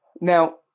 Now